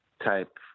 type